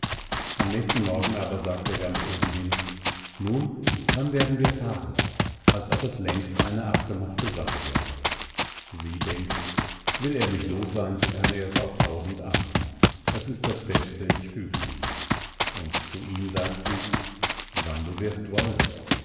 am nächsten morgen aber sagt er ganz obenhin nun wann werden wir fahren als ob es längst eine abgemachte sache wäre sie denkt will er mich los sein so kann er es auf tausend arten es ist das beste ich füge mich und zu ihm sagt sie wann du wirst wollen